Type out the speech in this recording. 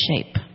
shape